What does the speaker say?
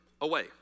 away